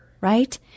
right